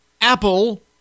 Apple